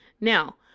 Now